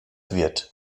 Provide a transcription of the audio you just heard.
wird